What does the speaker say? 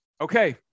okay